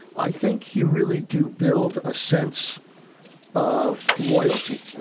i think you really do build a sense of loyalty.